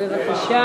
בבקשה,